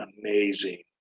amazing